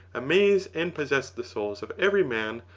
amaze and possess the souls of every man,